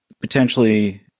potentially